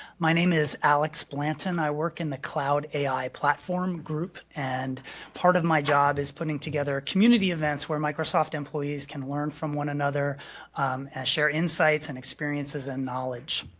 my name is alex blanton. i work in the cloud ai platform group and part of my job is putting together community events where microsoft employees can learn from one another and share insights, and experiences, and knowledge.